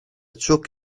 truck